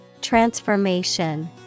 Transformation